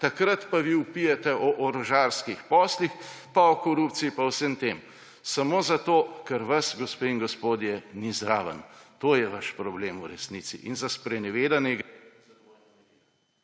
takrat pa vi vpijete o orožarskih poslih in o korupciji in o vsem tem. Samo zato, ker vas, gospe in gospodje, ni zraven. To je vaš problem v resnici. In za sprenevedanje